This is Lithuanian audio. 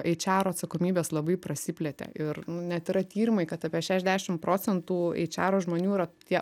eičero atsakomybės labai prasiplėtė ir nu net yra tyrimai kad apie šešiasdešimt procentų eičero žmonių yra tie